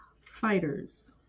Fighters